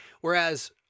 Whereas